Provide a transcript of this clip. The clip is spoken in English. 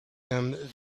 them